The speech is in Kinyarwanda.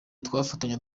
twafatanya